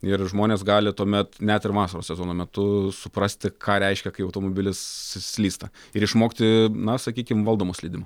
ir žmonės gali tuomet net ir vasaros sezono metu suprasti ką reiškia kai automobilis slysta ir išmokti na sakykim valdomo slydimo